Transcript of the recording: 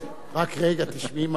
רק רגע, תשמעי מה אני אומר.